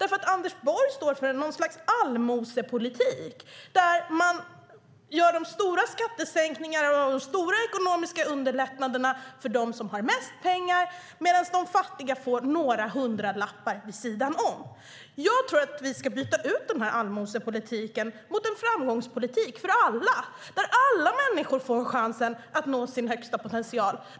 Han står nämligen för något slags allmosepolitik där man gör de stora skattesänkningarna och de stora ekonomiska lättnaderna för dem som har mest pengar, medan de fattiga får några hundralappar vid sidan om. Jag tror att vi ska byta ut denna allmosepolitik mot en framgångspolitik för alla, där alla människor får chansen att nå sin högsta potential.